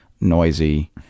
noisy